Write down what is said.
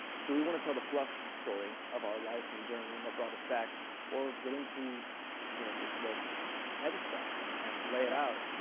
do we want to tell the fluff story of our life and journey and what brought us back or get into you know the the heavy stuff and and lay it out?